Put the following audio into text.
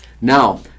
Now